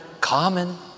common